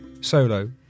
solo